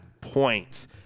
points